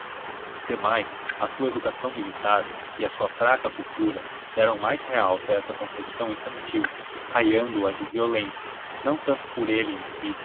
demais a sua educação militar e a sua fraca cultura deram mais realce a essa concepção infantil raiando a de violência não tanto por ele em si